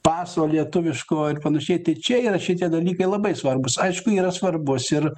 paso lietuviško ir panašiai tai čia yra šitie dalykai labai svarbūs aišku yra svarbus ir